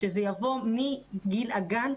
שזה יבוא מגיל הגן,